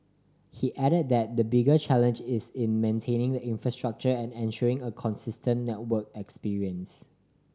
he added that the bigger challenge is in maintaining the infrastructure and ensuring a consistent network experience